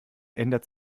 ändert